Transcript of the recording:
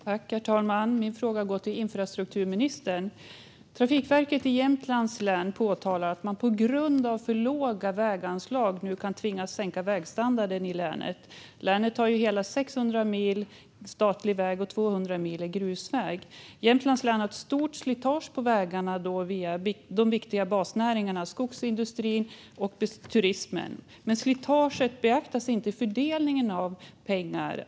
Herr talman! Min fråga går till infrastrukturministern. Trafikverket i Jämtlands län påpekar att man på grund av för låga väganslag nu kan tvingas sänka vägstandarden i länet. Länet har hela 600 mil statlig väg och 200 mil grusväg. Jämtlands län har ett stort slitage på vägarna då vi har de viktiga basnäringarna skogsindustrin och turismen. Men slitaget beaktas inte i fördelningen av pengar.